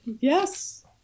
yes